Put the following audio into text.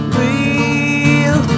real